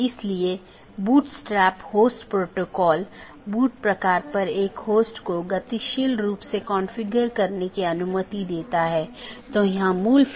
अब अगर हम BGP ट्रैफ़िक को देखते हैं तो आमतौर पर दो प्रकार के ट्रैफ़िक होते हैं एक है स्थानीय ट्रैफ़िक जोकि एक AS के भीतर ही होता है मतलब AS के भीतर ही शुरू होता है और भीतर ही समाप्त होता है